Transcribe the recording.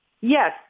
yes